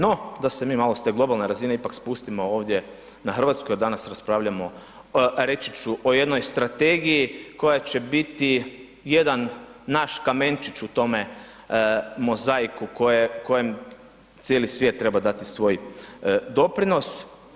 No, da se mi malo s te globalne razine ipak spustimo ovdje na Hrvatsku jer danas raspravljamo o, reći ću o jednoj Strategiji koja će biti jedan naš kamenčić u tome mozaiku koje, kojem cijeli svijet treba dati svoj doprinos.